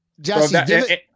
Jesse